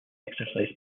exercise